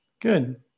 Good